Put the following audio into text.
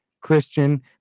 Christian